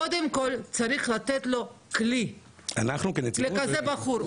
קודם כל צריך לתת לו כלי, לכזה בחור.